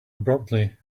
abruptly